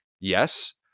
Yes